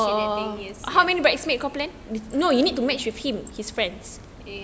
that thing yes